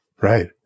right